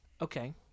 Okay